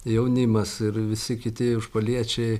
jaunimas ir visi kiti užpaliečiai